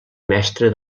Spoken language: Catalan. mestre